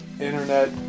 internet